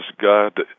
God